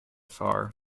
far